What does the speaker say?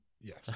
Yes